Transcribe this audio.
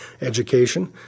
education